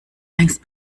längst